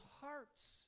hearts